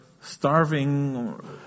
starving